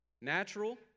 Natural